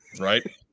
Right